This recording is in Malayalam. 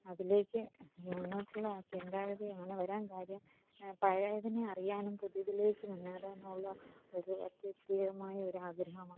അതിലേക്ക് മുന്നോട്ടുള്ള ആ ചിന്താഗതിയാണ് അങ്ങനെ വരാന് കാര്യം പഴയതിനെ അറിയാനും പുതിയതിലേക്ക് മുന്നേറാനുമുള്ള ഒരു അധ്യുദ്ധീയമായ ഒരു ആഗ്രഹമാണ്